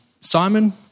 Simon